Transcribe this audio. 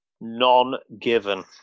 non-given